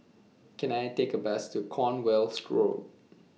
Can I Take A Bus to Cornwall Road